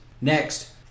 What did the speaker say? Next